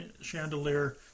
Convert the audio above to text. chandelier